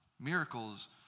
miracles